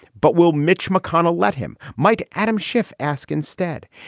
but will mitch mcconnell let him, mike? adam schiff ask instead.